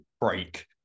break